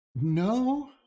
no